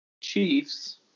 Chiefs